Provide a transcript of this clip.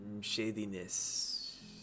shadiness